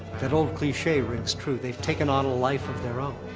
that old cliche rings true, they've taken on a life of their own.